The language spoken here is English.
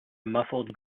muffled